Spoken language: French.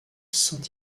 saint